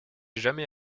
jamais